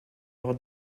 leur